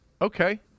Okay